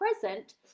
present